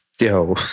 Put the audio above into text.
Yo